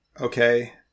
Okay